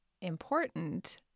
important